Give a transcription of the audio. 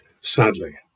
sadly